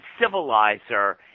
civilizer